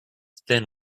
thin